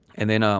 and then, ah